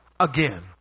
again